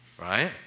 right